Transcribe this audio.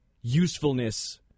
usefulness